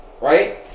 right